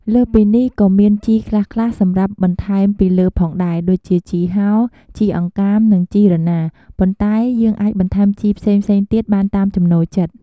លើសពីនេះក៏មានជីខ្លះៗសម្រាប់បន្ថែមពីលើផងដែរ ដូចជា ជីហោ ជីអង្កាម និងជីរណា ប៉ុន្តែយើងអាចបន្ថែមជីផ្សេងៗទៀតបានតាមចំណូលចិត្ត។